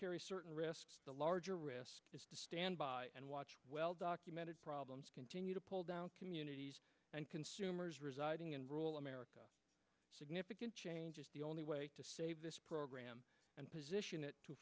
carry certain risks the larger risk is to stand by and watch well documented problems continue to pull down communities and consumers residing in rural america significant change is the only way to save this program and position it to